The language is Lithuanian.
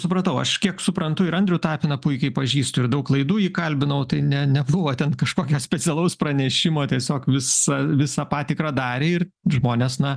supratau aš kiek suprantu ir andrių tapiną puikiai pažįstu ir daug laidų jį kalbinau tai ne nebuvo ten kažkokio specialaus pranešimo tiesiog visa visą patikrą darė ir žmonės na